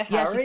Yes